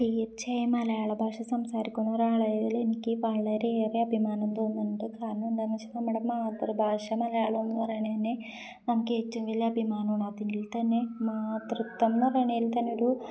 തീർച്ചയായും മലയാള ഭാഷ സംസാരിക്കുന്ന ഒരാളായതിൽ എനിക്ക് വളരെയേറെ അഭിമാനം തോന്നുന്നുണ്ട് കാരണം എന്താണെന്ന് വച്ചാൽ നമ്മുടെ മാതൃഭാഷ മലയാളം എന്ന് പറയുന്നത് തന്നെ നമുക്ക് ഏറ്റവും വലിയ അഭിമാനമാണ് അതിൽ തന്നെ മാതൃത്വം എന്നു പറയുന്നതിൽ തന്നെ ഒരു